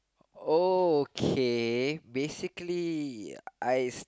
okay basically I